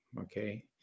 okay